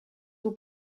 will